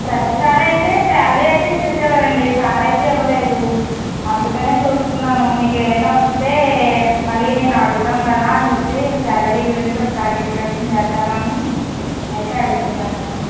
ప్రతిసారయితే salary అయితే ఇచ్చేసేవారండి ఈ సారి అయితే ఇవ్వలేదు అందుకనే చూస్తున్నాను మీకెమైనా వస్తే మళ్ళీ నేను అడుగుదాం కదా అని చెప్పి శాలరీ గురించి ఒకసారి డిస్కషన్ చేద్దాము అని అయితే అడుగుతున్నానండి